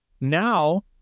Now